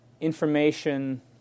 information